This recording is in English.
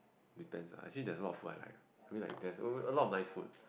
depends lah actually there is a lot of food I like I mean like there is a lot of nice food